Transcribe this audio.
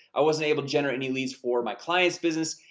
i wasn't able to generate any leads for my clients' business,